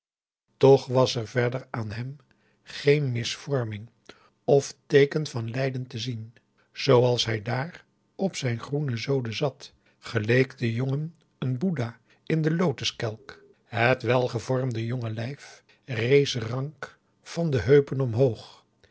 toch was er verder aan hem geen misvorming of teeken van lijden te zien zooals hij daar op zijn groene zode zat geleek de jongen een boeddha in den lotus kelk het welgevormde jonge lijf rees rank van de heupen omhoog